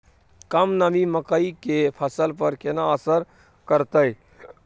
कम नमी मकई के फसल पर केना असर करतय?